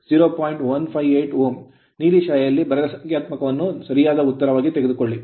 158Ω ನೀಲಿ ಶಾಯಿಯಲ್ಲಿ ಬರೆದ ಸಂಖ್ಯಾತ್ಮಕವನ್ನು ಸರಿಯಾದ ಉತ್ತರವಾಗಿ ತೆಗೆದುಕೊಳ್ಳಿ